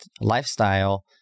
lifestyle